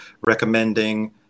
recommending